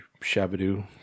Shabadoo